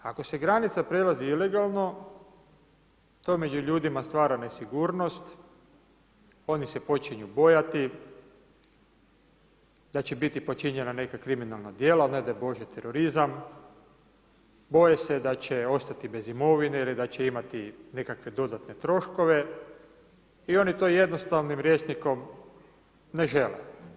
Ako se granica prelazi ilegalno to među ljudima stvara nesigurnost, oni se počinju bojati da će biti počinjenja neka kriminalna djela, ne daj Bože terorizam, boje se da će ostati bez imovine ili da će imati nekakve dodatne troškove i oni to jednostavnim rječnikom ne žele.